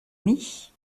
mich